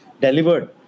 delivered